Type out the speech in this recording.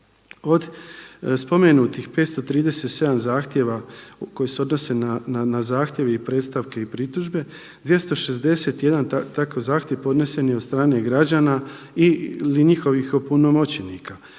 Od spomenutih 537 zahtjeva koji se odnose na zahtjev i predstavke i pritužbe 261 takav zahtjev podnesen je od strane građana ili njihovih opunomoćenika.